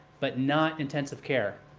but not intensive care.